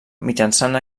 mitjançant